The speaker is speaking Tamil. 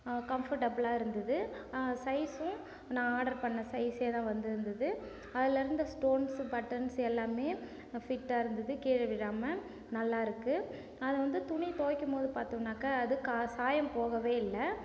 கம்ஃபர்ட்டபுளாக இருந்தது சைஸ்ஸும் நான் ஆர்டர் பண்ண சைஸ்ஸே தான் வந்துருந்தது அதில் இருந்த ஸ்டோன்ஸு பட்டன்ஸ் எல்லாமே ஃபிட்டாக இருந்தது கீழே விழாமல் நல்லா இருக்குது அதை வந்து துணி துவைக்கும்போது பார்த்தோன்னாக்கா அது கா சாயம் போகவே இல்லை